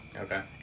Okay